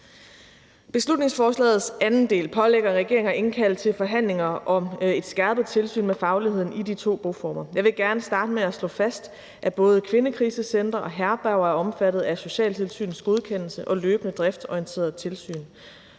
Beslutningsforslagets anden del pålægger regeringen at indkalde til forhandlinger om et skærpet tilsyn med fagligheden i de to boformer. Jeg vil gerne starte med at slå fast, at både kvindekrisecentre og herberger er omfattet af socialtilsynets godkendelse og løbende driftsorienterede tilsyn.